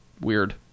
weird